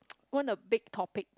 one a big topic